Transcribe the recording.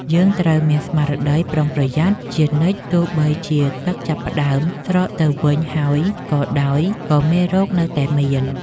យើងត្រូវមានស្មារតីប្រុងប្រយ័ត្នជានិច្ចទោះបីជាទឹកចាប់ផ្តើមស្រកទៅវិញហើយក៏ដោយក៏មេរោគនៅតែមាន។